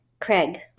Craig